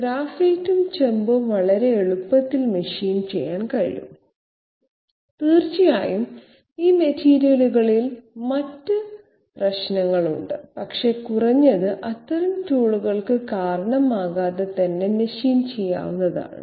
ഗ്രാഫൈറ്റും ചെമ്പും വളരെ എളുപ്പത്തിൽ മെഷീൻ ചെയ്യാൻ കഴിയും തീർച്ചയായും ഈ മെറ്റീരിയലുകളിൽ മറ്റ് പ്രശ്നങ്ങളുണ്ട് പക്ഷേ കുറഞ്ഞത് അത്തരം ടൂളുകൾക്ക് കാരണമാകാതെ തന്നെ മെഷീൻ ചെയ്യാവുന്നതാണ്